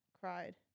cried